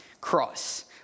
cross